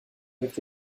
avec